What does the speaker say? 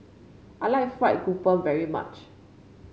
I like fried grouper very much